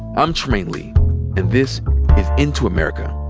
i'm trymaine lee, and this is into america.